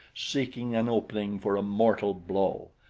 seeking an opening for a mortal blow.